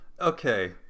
Okay